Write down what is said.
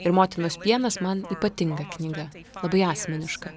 ir motinos pienas man ypatinga knyga labai asmeniška